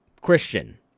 Christian